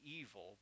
evil